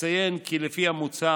אציין כי לפי המוצע,